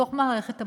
בתוך מערכת הבריאות,